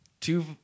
two